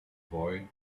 boy